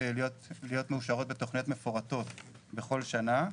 להיות מאושרות בתכניות מפורטות בכל שנה,